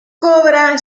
cobra